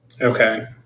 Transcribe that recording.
Okay